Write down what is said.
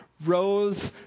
rose